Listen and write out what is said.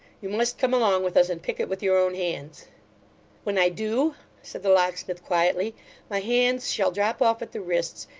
you must come along with us, and pick it with your own hands when i do said the locksmith quietly my hands shall drop off at the wrists,